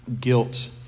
guilt